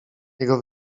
jego